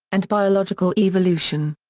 and biological evolution.